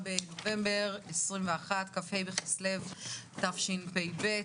כ"ה בכסלו תשפ"ב,